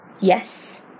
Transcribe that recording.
yes